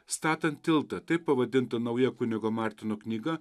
statant tiltą taip pavadinta nauja kunigo martino knyga